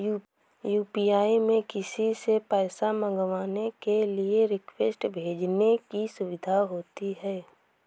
UPI में किसी से पैसा मंगवाने के लिए रिक्वेस्ट भेजने की सुविधा होती है